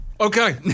Okay